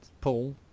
Paul